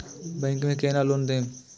Bank में केना loan लेम?